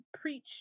preach